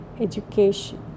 education